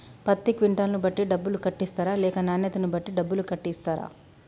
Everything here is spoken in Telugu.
పత్తి క్వింటాల్ ను బట్టి డబ్బులు కట్టిస్తరా లేక నాణ్యతను బట్టి డబ్బులు కట్టిస్తారా?